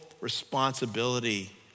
responsibility